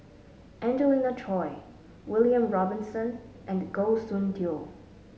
Angelina Choy William Robinson and Goh Soon Tioe